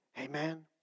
Amen